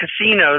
casinos